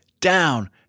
Down